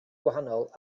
gwahanol